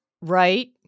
right